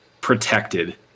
protected